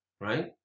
Right